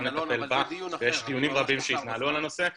לטפל בה ויש דיונים רבים שהתנהלו על הנושא --- אלון,